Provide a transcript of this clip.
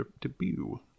debut